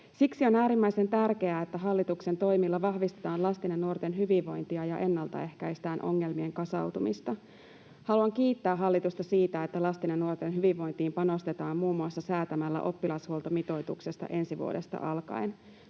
Siksi on äärimmäisen tärkeää, että hallituksen toimilla vahvistetaan lasten ja nuorten hyvinvointia ja ennaltaehkäistään ongelmien kasautumista. Haluan kiittää hallitusta siitä, että lasten ja nuorten hyvinvointiin panostetaan muun muassa säätämällä oppilashuoltomitoituksesta ensi vuodesta alkaen.